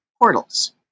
portals